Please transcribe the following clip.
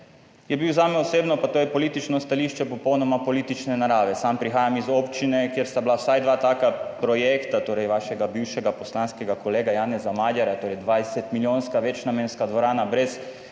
je bil zame osebno, pa to je politično stališče, popolnoma politične narave. Sam prihajam iz občine, kjer sta bila vsaj dva taka projekta, torej vašega bivšega poslanskega kolega Janeza Madgyar, torej 20 milijonska, večnamenska dvorana brez